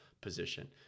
position